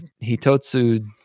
Hitotsu